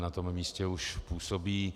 Na tom místě už působí.